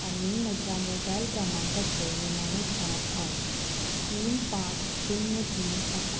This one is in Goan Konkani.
आनी म्हज्या मोबायल क्रमांकाचे निमाणें चार अंक तीन पांच शुन्य तीन आसा